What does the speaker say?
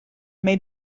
may